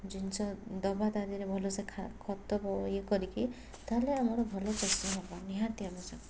ଜିନିଷ ଦେବା ତା ଧିଅରେ ଭଲସେ ଖା ଖତ ଇଏ କରିକି ତାହେଲେ ଆମର ଭଲ ଫସଲ ହେବ ନିହାତି ଆବଶ୍ୟକ